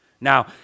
Now